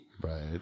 Right